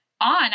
on